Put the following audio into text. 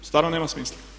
Stvarno nema smisla.